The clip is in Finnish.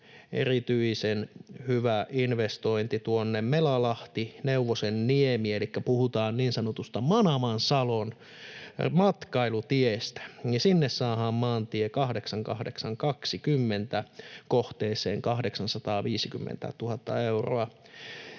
erityisen hyvä investointi tuonne välille Melalahti—Neuvosenniemi, elikkä puhutaan niin sanotusta Manamansalon matkailutiestä, jonne saadaan 850 000 euroa kohteeseen maantie 8820.